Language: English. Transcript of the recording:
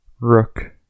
Rook